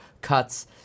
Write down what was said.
cuts